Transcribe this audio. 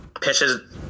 pitches